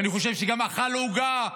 ואני חושב שגם אכל עוגה,